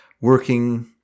working